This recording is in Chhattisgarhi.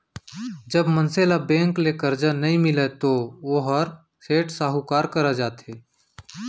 जब मनसे ल बेंक ले करजा नइ मिलय तो वोहर सेठ, साहूकार करा जाथे